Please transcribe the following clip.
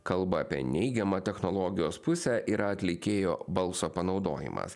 kalba apie neigiamą technologijos pusę yra atlikėjo balso panaudojimas